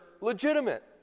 legitimate